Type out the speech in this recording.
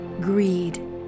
greed